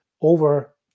over